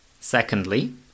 Secondly